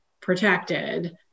protected